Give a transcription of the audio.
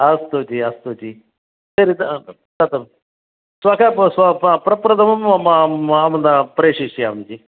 अस्तु जी अस्तु जी सेरि कथं श्वः स्व प्रप्रथमं मां प्रेषयिष्यामि जी